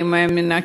אני מאמינה,